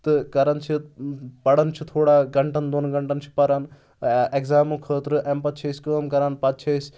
تہٕ کران چھِ پران چھِ تھوڑا گنٹَن دۄن گنٛٹن چھِ پَرَان ایٚگزام خٲطرٕ اَمہِ پَتہٕ چھِ أسۍ کٲم کران پتہٕ چھِ أسۍ